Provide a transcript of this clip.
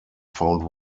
found